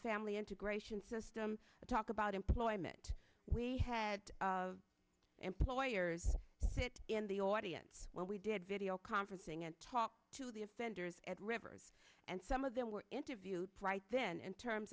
family integration system to talk about employment we had of employers sit in the audience when we did video conferencing and talk to the offenders at rivers and some of them were interviewed right then and terms